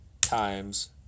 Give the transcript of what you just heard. times